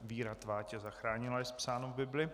Víra tvá tě zachránila, jest psáno v Bibli.